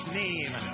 name